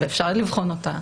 ואפשר לבחון אותה.